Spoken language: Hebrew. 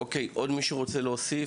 עוד מישהו רוצה להוסיף?